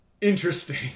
Interesting